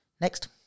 Next